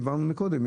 דיברנו מקודם,